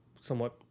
somewhat